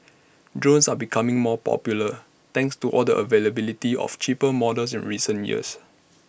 drones are becoming more popular thanks to all the availability of cheaper models in recent years